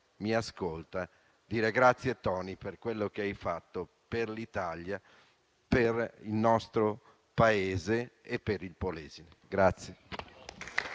mi ascolta: grazie Toni, per quello che hai fatto per l'Italia, per il nostro Paese e per il Polesine.